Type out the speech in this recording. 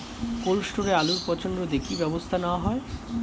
Cold স্টোরে আলুর পচন রোধে কি ব্যবস্থা নেওয়া হয়?